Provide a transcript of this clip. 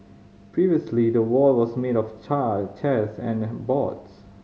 previously the wall was made of chairs and and boards